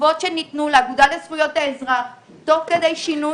התשובות שניתנו לאגודה לזכויות האזרח תוך כדי שינוי